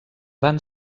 van